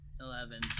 eleven